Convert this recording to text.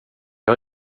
har